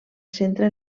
centra